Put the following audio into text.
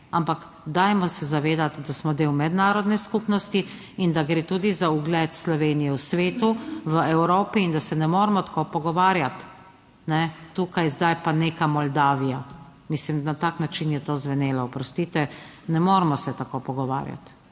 ampak dajmo se zavedati, da smo del mednarodne skupnosti. In da gre tudi za ugled Slovenije v svetu, v Evropi in da se ne moremo tako pogovarjati, kajne, tukaj zdaj pa neka Moldavija. Mislim, na tak način je to zvenelo, oprostite, ne moremo se tako pogovarjati.